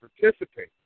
participate